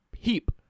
Heap